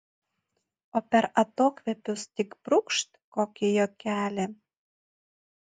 o per atokvėpius tik brūkšt kokį juokelį